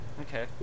Okay